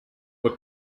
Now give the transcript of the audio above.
were